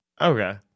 Okay